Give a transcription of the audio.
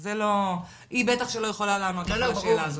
זה לא, היא בטח שלא יכולה לענות לך על השאלה הזאת,